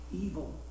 Evil